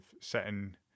setting